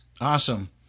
Awesome